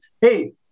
hey